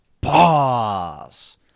Boss